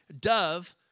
dove